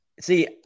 See –